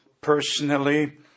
personally